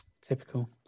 Typical